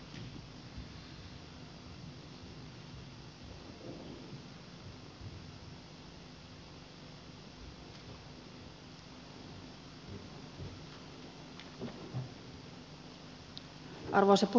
arvoisa puhemies